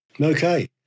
okay